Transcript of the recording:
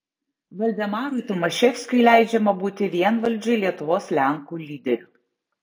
valdemarui tomaševskiui leidžiama būti vienvaldžiui lietuvos lenkų lyderiu